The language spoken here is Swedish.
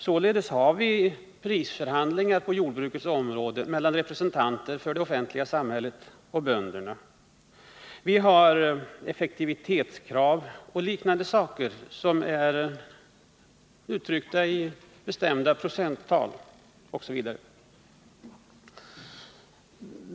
Således har vi prisförhandlingar på jordbrukets område mellan representanter för de offentliga samhället och bönderna, vi har effektivitetskrav och liknande som är uttryckta i bestämda procenttal osv.